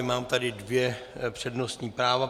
Mám tady dvě přednostní práva.